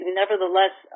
nevertheless